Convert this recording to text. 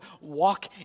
walk